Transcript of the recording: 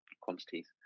quantities